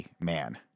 man